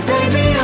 Baby